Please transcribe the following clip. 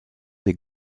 des